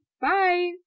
Bye